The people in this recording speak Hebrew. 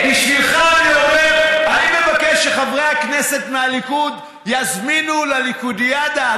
בשבילך אני אומר: אני מבקש שחברי הכנסת מהליכוד יזמינו לליכודיאדה.